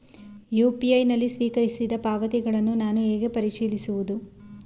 UPI ನಲ್ಲಿ ಸ್ವೀಕರಿಸಿದ ಪಾವತಿಗಳನ್ನು ನಾನು ಹೇಗೆ ಪರಿಶೀಲಿಸುವುದು?